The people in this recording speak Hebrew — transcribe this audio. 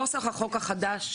נוסח החוק החדש,